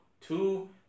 two